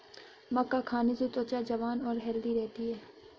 मक्का खाने से त्वचा जवान और हैल्दी रहती है